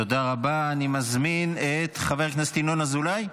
תמונת מצב מדאיגה,